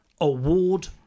Award